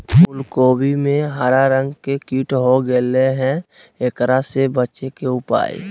फूल कोबी में हरा रंग के कीट हो गेलै हैं, एकरा से बचे के उपाय?